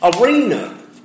arena